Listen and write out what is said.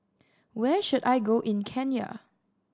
where should I go in Kenya